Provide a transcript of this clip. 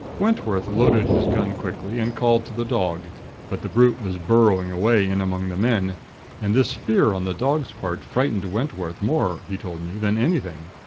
wentworth loaded his gun quickly, and called to the dog but the brute was burrowing away in among the men and this fear on the dog's part frightened wentworth more, he told me, than anything.